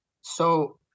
So-